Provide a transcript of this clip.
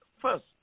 first